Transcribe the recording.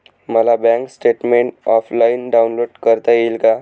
मला bank statement offline download करता येईल का?